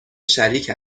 شریک